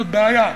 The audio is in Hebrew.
זאת בעיה.